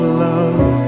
love